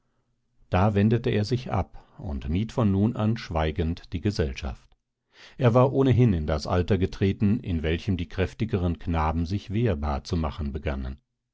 da wendete er sich ab und mied von nun an schweigend die gesellschaft er war ohnehin in das alter getreten in welchem die kräftigeren knaben sich wehrbar zu machen begannen